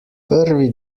prvi